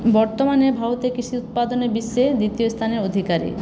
বর্তমানে ভারতে কৃষি উৎপাদনে বিশ্বে দ্বিতীয় স্থানের অধিকারী